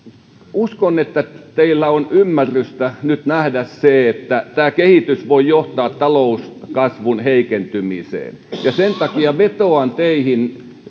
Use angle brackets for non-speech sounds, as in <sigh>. uskon että teillä on ymmärrystä nyt nähdä se että tämä kehitys voi johtaa talouskasvun heikentymiseen ja sen takia vetoan teihin <unintelligible>